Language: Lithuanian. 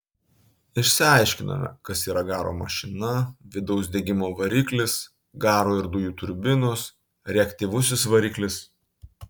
išsiaiškinome kas yra garo mašina vidaus degimo variklis garo ir dujų turbinos reaktyvusis variklis